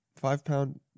five-pound